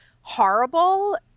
horrible